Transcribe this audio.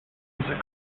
music